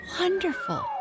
Wonderful